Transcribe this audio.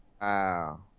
wow